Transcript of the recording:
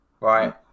Right